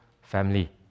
family